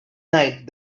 night